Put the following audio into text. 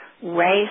race